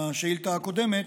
מהשאילתה הקודמת,